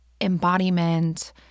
embodiment